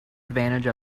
advantage